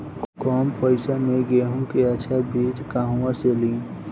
कम पैसा में गेहूं के अच्छा बिज कहवा से ली?